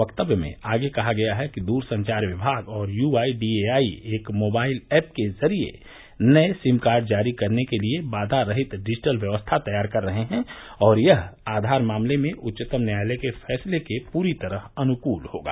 वक्तव्य में आगे कहा गया है कि दूरसंचार विभाग और यूआईडीएआई एक मोबाइल ऐप के जरिए नये सिम कार्ड जारी करने के लिए बाघा रहित डिजिटल व्यवस्था तैयार कर रहे हैं और यह आधार मामले में उच्चतम न्यायालय के फैसले के पूरी तरह अनुकूल होगा